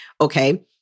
Okay